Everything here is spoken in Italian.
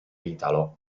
italo